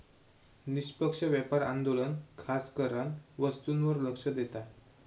निष्पक्ष व्यापार आंदोलन खासकरान वस्तूंवर लक्ष देता